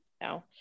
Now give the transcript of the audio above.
no